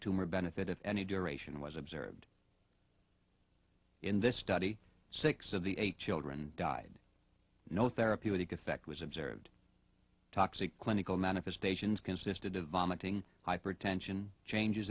tumour benefit of any duration was observed in this study six of the eight children died no therapeutic effect was observed toxic clinical manifestations consisted of vomiting hypertension changes